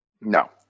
no